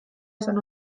esan